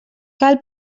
cal